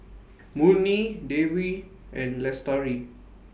Murni Dewi and Lestari